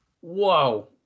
Whoa